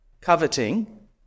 coveting